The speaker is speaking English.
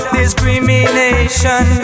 discrimination